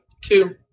Two